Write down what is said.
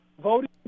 Voting